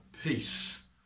peace